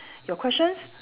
your questions